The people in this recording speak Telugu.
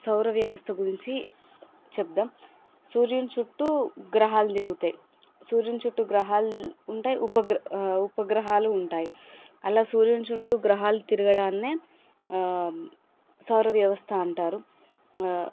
సౌర వ్యవస్థ గురించి చెబుదాం సూర్యుని చుట్టూ గ్రహాలు తిరుగుతాయి సూర్యుని చుట్టూ గ్రహాలు ఉంటాయి ఉపగ్రహాలు ఉంటాయి అలా సూర్యుని చుట్టూ గ్రహాలు తిరగడాన్నే సౌరవ్యవస్థ అంటారు